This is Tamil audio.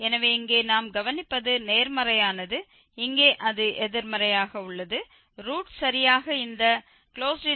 எனவே இங்கே நாம் கவனிப்பது நேர்மறையானது இங்கே அது எதிர்மறையாக உள்ளது ரூட் சரியாக இந்த 00